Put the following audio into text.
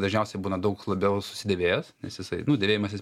dažniausiai būna daug labiau susidėvėjęs nes jisai nu dėvėjimasis